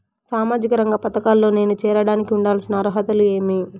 సామాజిక రంగ పథకాల్లో నేను చేరడానికి ఉండాల్సిన అర్హతలు ఏమి?